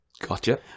Gotcha